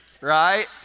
right